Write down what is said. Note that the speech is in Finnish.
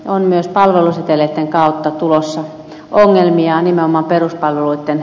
on myös palveluseteleitten kautta tulossa ongelmia nimenomaan peruspalveluitten